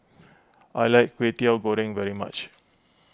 I like Kway Teow Goreng very much